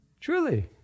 Truly